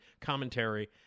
commentary